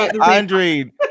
Andre